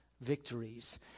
victories